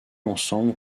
ensemble